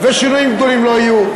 ושינויים גדולים לא יהיו.